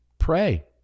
pray